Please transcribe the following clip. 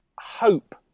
hope